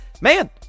man